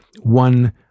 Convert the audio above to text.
one